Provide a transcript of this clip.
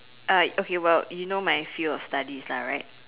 I okay well you know my field of studies lah right